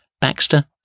Baxter